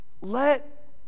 let